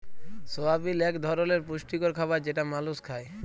সয়াবিল এক ধরলের পুষ্টিকর খাবার যেটা মালুস খায়